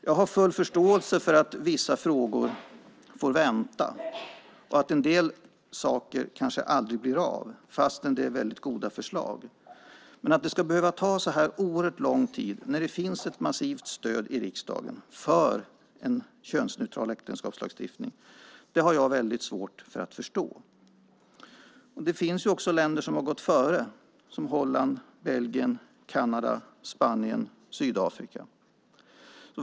Jag har full förståelse för att vissa frågor får vänta och för att en del saker kanske aldrig blir av fastän det finns väldigt goda förslag. Men att det ska behöva ta så oerhört lång tid när det finns ett massivt stöd i riksdagen för en könsneutral äktenskapslagstiftning har jag väldigt svårt att förstå. Länder som har gått före är Holland, Belgien, Kanada, Spanien och Sydafrika.